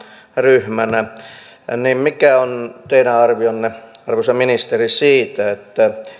ryhmänä mikä on teidän arvionne arvoisa ministeri